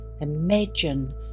Imagine